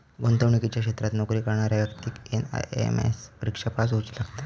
गुंतवणुकीच्या क्षेत्रात नोकरी करणाऱ्या व्यक्तिक एन.आय.एस.एम परिक्षा पास होउची लागता